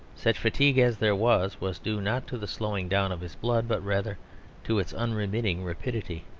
such fatigue as there was, was due not to the slowing down of his blood, but rather to its unremitting rapidity.